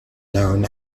known